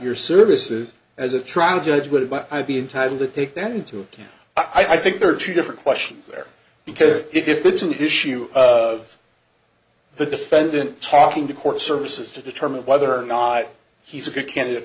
your services as a trial judge would i be in time to take that into account i think there are two different questions there because if it's an issue of the defendant talking to court services to determine whether or not he's a good candidate